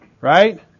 right